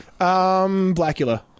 Blackula